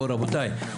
בואו רבותי,